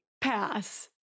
pass